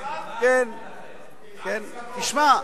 תשמע,